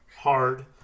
hard